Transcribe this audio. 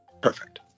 perfect